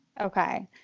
Okay